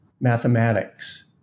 Mathematics